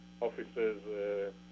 offices